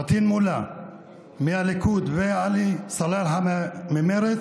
פטין מולא מהליכוד ועלי סלאלחה ממרצ,